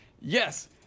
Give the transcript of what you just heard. yes